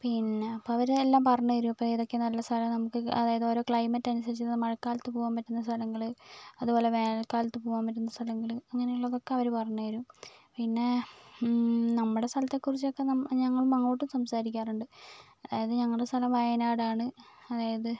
പിന്നെ അപ്പോൾ അവർ എല്ലാം പറഞ്ഞുതരും ഇപ്പോൾ ഏതൊക്കെയാണ് നല്ല സ്ഥലം നമുക്ക് അതായത് ഓരോ ക്ലൈമറ്റ് അനുസരിച്ച് മഴക്കാലത്ത് പോകാൻ പറ്റുന്ന സ്ഥലങ്ങൾ അതുപോലെ വേനൽകാലത്ത് പോകാൻ പറ്റുന്ന സ്ഥലങ്ങൾ അങ്ങനെയുള്ളതൊക്കെ അവർ പറഞ്ഞുതരും പിന്നെ നമ്മുടെ സ്ഥലത്തെ കുറിച്ചൊക്കെ നമ്മൾ ഞങ്ങൾ അങ്ങോട്ട് സംസാരിക്കാറുണ്ട് അതായത് ഞങ്ങളുടെ സ്ഥലം വയനാടാണ് അതായത്